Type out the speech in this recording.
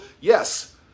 Yes